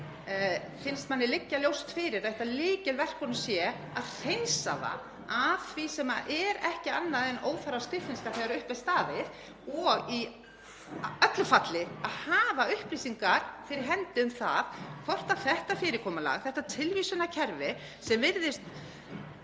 finnst manni liggja ljóst fyrir að eitt af lykilverkunum sé að hreinsa það af því sem er ekki annað en óþarfaskriffinnska þegar upp er staðið og í öllu falli að hafa upplýsingar fyrir hendi um hvort þetta fyrirkomulag, þetta tilvísanakerfi sem virðist